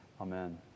Amen